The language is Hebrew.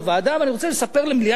ואני רוצה לספר למליאת הכנסת,